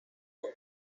phone